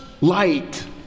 light